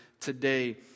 today